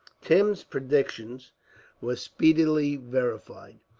tim's predictions were speedily verified.